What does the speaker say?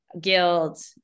guilt